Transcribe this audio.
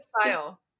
style